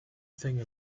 thing